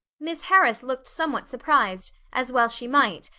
miss harris looked somewhat surprised, as well she might,